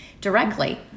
directly